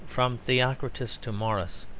from theocritus to morris,